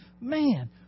man